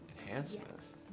Enhancements